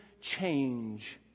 change